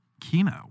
Kino